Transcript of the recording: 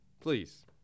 Please